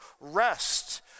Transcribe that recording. rest